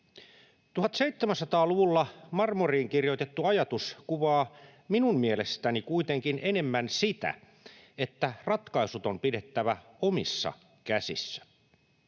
1700-luvulla marmoriin kirjoitettu ajatus kuvaa minun mielestäni kuitenkin enemmän sitä, että ratkaisut on pidettävä omissa käsissä.